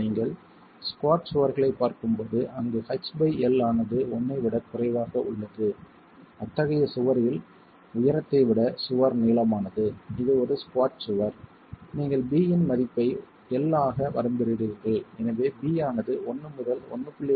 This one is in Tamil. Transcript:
நீங்கள் ஸ்குவாட் சுவர்களைப் பார்க்கும்போது அங்கு h பை l ஆனது 1 ஐ விடக் குறைவாக உள்ளது அத்தகைய சுவரில் உயரத்தை விட சுவர் நீளமானது இது ஒரு ஸ்குவாட் சுவர் நீங்கள் b இன் மதிப்பை 1 ஆக வரம்பிடுகிறீர்கள் எனவே b ஆனது 1 முதல் 1